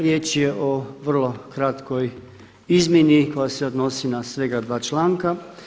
Riječ je o vrlo kratkoj izmjeni koja se odnosi na svega dva članka.